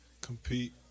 compete